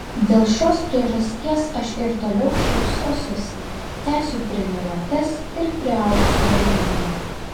dėl šios priežasties aš ir toliau šypsosiuosi tęsiu treniruotes ir priaugsiu raumenų